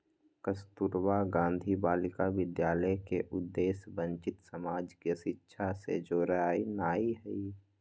कस्तूरबा गांधी बालिका विद्यालय के उद्देश्य वंचित समाज के शिक्षा से जोड़नाइ हइ